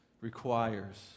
requires